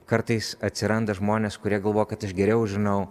kartais atsiranda žmonės kurie galvoja kad aš geriau žinau